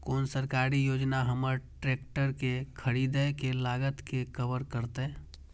कोन सरकारी योजना हमर ट्रेकटर के खरीदय के लागत के कवर करतय?